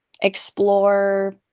explore